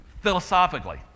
philosophically